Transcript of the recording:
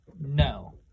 No